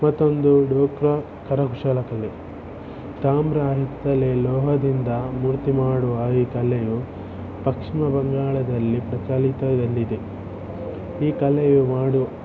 ಮತ್ತೊಂದು ಡೋಕ್ರ ಕರಕುಶಲ ಕಲೆ ತಾಮ್ರ ಹಿತ್ತಾಳೆ ಲೋಹದಿಂದ ಮೂರ್ತಿ ಮಾಡುವ ಈ ಕಲೆಯು ಪಶ್ಚಿಮ ಬಂಗಾಳದಲ್ಲಿ ಪ್ರಚಲಿತದಲ್ಲಿದೆ ಈ ಕಲೆಯು ಮಾಡು